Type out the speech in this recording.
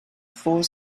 for